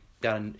got